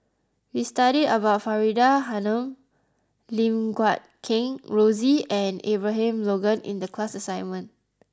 we studied about Faridah Hanum Lim Guat Kheng Rosie and Abraham Logan in the class assignment